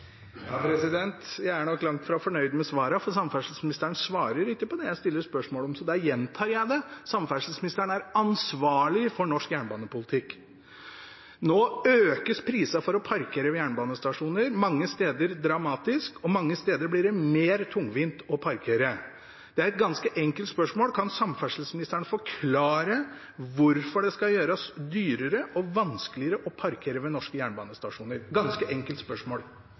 Jeg er nok langt fra fornøyd med svarene, for samferdselsministeren svarer ikke på det jeg stiller spørsmål om. Så da gjentar jeg det: Samferdselsministeren er ansvarlig for norsk jernbanepolitikk. Nå økes prisene for å parkere ved jernbanestasjoner – mange steder dramatisk, og mange steder blir det mer tungvint å parkere. Det er et ganske enkelt spørsmål: Kan samferdselsministeren forklare hvorfor det skal gjøres dyrere og vanskeligere å parkere ved norske jernbanestasjoner?